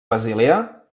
basilea